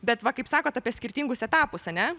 bet va kaip sakot apie skirtingus etapus ane